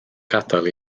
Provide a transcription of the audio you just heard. gadael